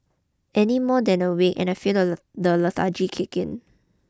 any more than a week and I feel the the lethargy kick in